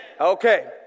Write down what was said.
Okay